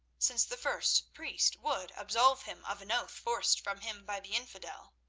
since the first priest would absolve him of an oath forced from him by the infidel.